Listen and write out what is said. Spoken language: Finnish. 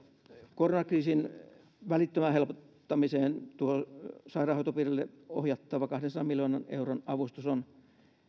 koronakriisin välittömään helpottamiseen sairaanhoitopiireille ohjattava kahdensadan miljoonan euron avustus on